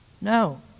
No